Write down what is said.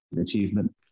achievement